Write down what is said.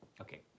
Okay